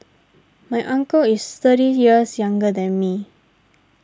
my uncle is thirty years younger than me